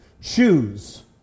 Choose